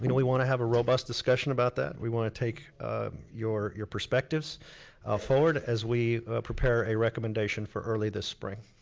we know we wanna have a robust discussion about that. we wanna take your your perspectives forward as we prepare a recommendation for early this spring.